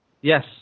Yes